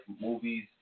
movies